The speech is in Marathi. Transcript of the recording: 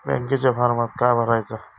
बँकेच्या फारमात काय भरायचा?